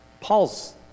Paul's